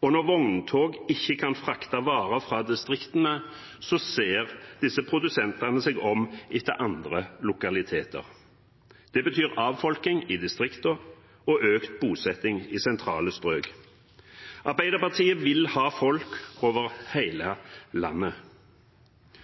og når vogntog ikke kan frakte varer fra distriktene, ser disse produsentene seg om etter andre lokaliteter. Det betyr avfolking i distriktene og økt bosetting i sentrale strøk. Arbeiderpartiet vil ha folk over hele landet.